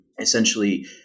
essentially